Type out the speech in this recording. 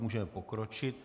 Můžeme pokročit.